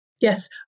Yes